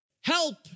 help